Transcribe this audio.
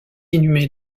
inhumé